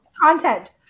content